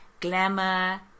glamour